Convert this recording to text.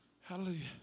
Hallelujah